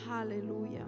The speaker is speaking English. Hallelujah